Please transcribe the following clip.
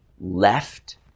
left